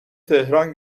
تهران